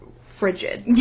frigid